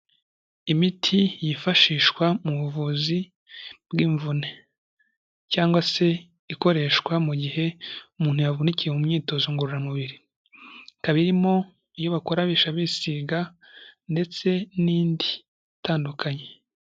Imiti yifashishwa mu buvuzi bw'imvune cyangwa se ikoreshwa mu gihe umuntu yavunikiye mu myitozongororamubiri, ikaba irimo iyobakoresha bisiga ndetse n'indi itandukanye.